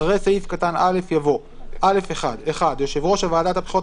אחרי סעיף קטן (א) יבוא: "(א1) (1)יושב ראש ועדת הבחירות